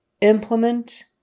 Implement